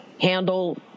handle